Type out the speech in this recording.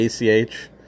ACH